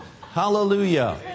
Hallelujah